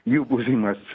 jų buvimas